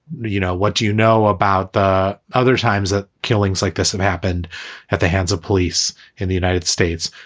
you know what do you know about the other times that killings like this have happened at the hands of police in the united states?